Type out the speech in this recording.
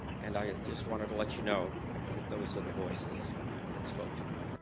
and i just wanted to let you know that those are the voices that spoke to me